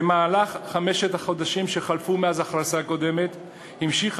במהלך חמשת החודשים שחלפו מאז ההכרזה הקודמת המשיכה